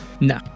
No